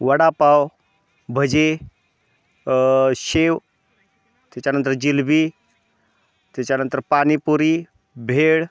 वडापाव भजे शेव त्याच्यानंतर जिलबी त्याच्यानंतर पाणीपुरी भेळ